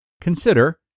consider